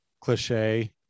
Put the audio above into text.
cliche